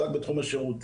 רק בתחום השירותים.